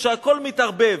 כשהכול מתערבב,